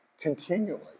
continually